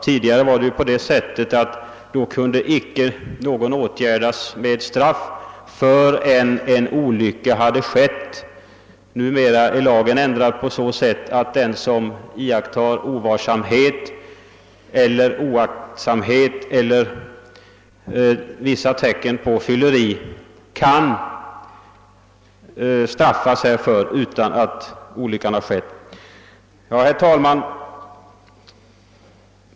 Tidigare kunde ju ingen straffas förrän en olycka hade inträffat. Numera är lagen ändrad på så sätt att den som iakttar ovarsamhet eller oaktsamhet eller visar tecken på berusning kan straffas härför utan att någon olycka har skett. Herr talman!